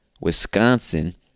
Wisconsin